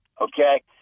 okay